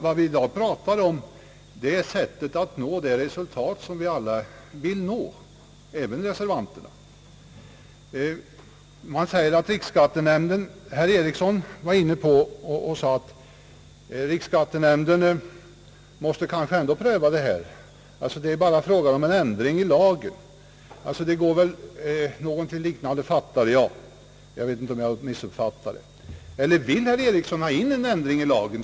Vad vi i dag diskuterar är enbart sättet att nå det resultat, som vi alla vill nå även reservanterna. Herr Eriksson sade att riksskattenämnden ändå måste pröva dessa ting; det är alltså inte bara fråga om en ändring i lagen. Eller vill herr Eriksson ha in en ändring i lagen?